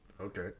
Okay